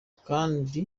kandi